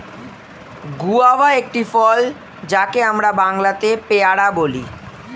guava একটি ফল যাকে আমরা বাংলাতে পেয়ারা বলি